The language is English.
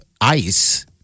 ice